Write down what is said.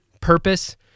Purpose